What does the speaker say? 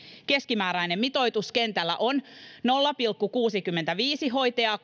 keskimääräinen mitoitus kentällä on nolla pilkku kuusikymmentäviisi hoitajaa